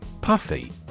Puffy